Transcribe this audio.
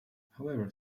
however